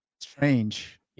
strange